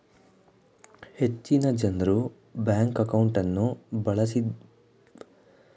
ಹೆಚ್ಚಿನ ಜನ್ರು ಬ್ಯಾಂಕ್ ಅಕೌಂಟ್ಅನ್ನು ಬಳಸದಿರುವ ದೂರದಲ್ಲಿ ಗ್ರಾಮೀಣ ಪ್ರದೇಶದ ಹಣ ವರ್ಗಾಯಿಸಲು ಸಾಮಾನ್ಯವಾಗಿ ಬಳಸಲಾಗುತ್ತೆ